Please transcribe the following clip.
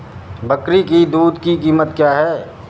बकरी की दूध की कीमत क्या है?